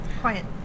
quiet